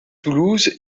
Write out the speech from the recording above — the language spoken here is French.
toulouse